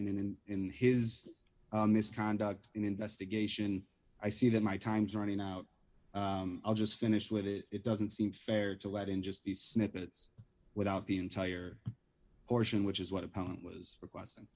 lacking in in his misconduct investigation i see that my time's running out i'll just finish with it it doesn't seem fair to let in just the snippets without the entire portion which is what opponent was requesting